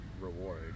reward